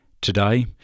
Today